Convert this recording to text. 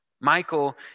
Michael